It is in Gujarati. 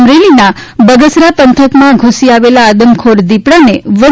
અમરેલીના બગસરા પંથકમાં ધુસી આવેલા આદમખોર દીપડાને વન